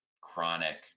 chronic